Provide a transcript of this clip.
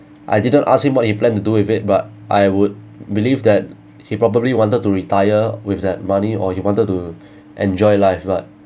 I didn't ask him what he plan to do with it but I would believe that he probably wanted to retire with that money or he wanted to enjoy life but